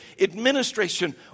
administration